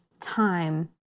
Time